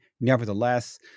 Nevertheless